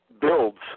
builds